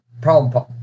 problem